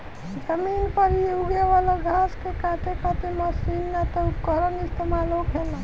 जमीन पर यूगे वाला घास के काटे खातिर मशीन ना त उपकरण इस्तेमाल होखेला